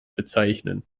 bezeichnen